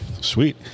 Sweet